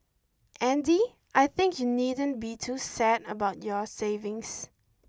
Andy I think you needn't be too sad about your savings